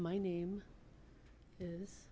my name is